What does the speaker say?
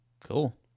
Cool